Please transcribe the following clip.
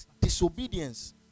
disobedience